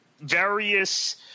various